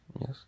yes